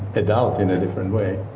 adult in a different way